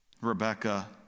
Rebecca